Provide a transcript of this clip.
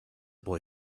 boy